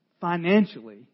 financially